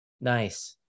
Nice